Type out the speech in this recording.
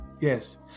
Yes